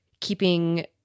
keeping